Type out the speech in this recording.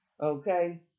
okay